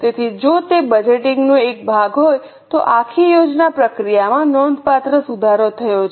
તેથી જો તે બજેટિંગ નો એક ભાગ હોય તો આખી યોજના પ્રક્રિયામાં નોંધપાત્ર સુધારો થયો છે